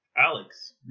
Alex